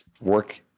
work